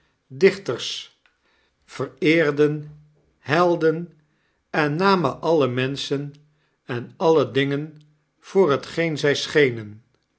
dichters vereerden helden en namen alle menschen en alle dingen voor hetgeen zy scbenen